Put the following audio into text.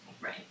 right